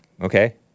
okay